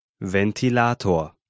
Ventilator